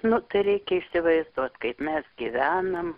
nu tai reikia įsivaizduot kaip mes gyvenam